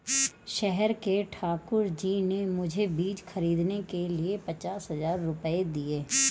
शहर के ठाकुर जी ने मुझे बीज खरीदने के लिए पचास हज़ार रूपये दिए